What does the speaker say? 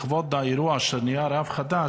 לכבוד האירוע שבו הוא נהיה רב חדש,